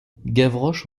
gavroche